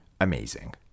amazing